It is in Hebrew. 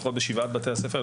לפחות בשבעת בתי הספר האלה.